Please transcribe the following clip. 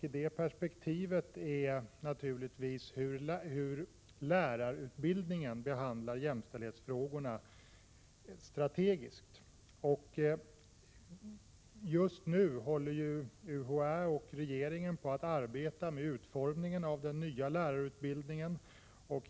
I det perspektivet är naturligtvis lärarutbildningens behandling av jämställdhetsfrågorna strategisk. Just nu håller UHÄ och regeringen på att arbeta med utformningen av den nya lärarutbildningen.